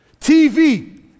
TV